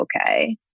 okay